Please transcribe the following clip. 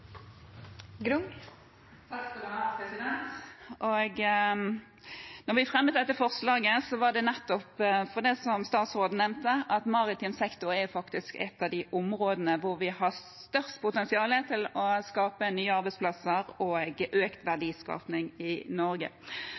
vi fremmet dette forslaget, var det nettopp på grunn av det statsråden nevnte, at maritim sektor faktisk er et av de områdene hvor vi har størst potensial til å skape nye arbeidsplasser og økt verdiskaping i Norge.